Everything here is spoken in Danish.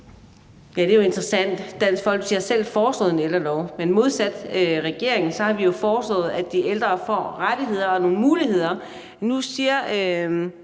Det er jo interessant. Dansk Folkeparti har selv foreslået en ældrelov, men modsat regeringen har vi jo foreslået, at de ældre får rettigheder og nogle muligheder. Nu siger